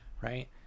right